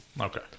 Okay